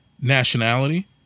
nationality